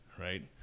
right